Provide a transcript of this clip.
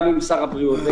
גם עם שר הבריאות,